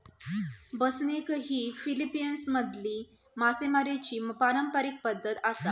बसनिग ही फिलीपिन्समधली मासेमारीची पारंपारिक पद्धत आसा